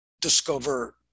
discover